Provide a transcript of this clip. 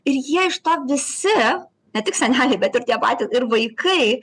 ir jie iš to visi ne tik seneliai bet ir tie patys ir vaikai